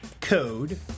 code